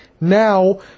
Now